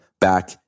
back